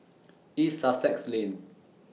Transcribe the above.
East Sussex Lane